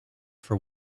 for